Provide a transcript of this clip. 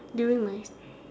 during my